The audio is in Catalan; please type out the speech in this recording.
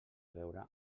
veure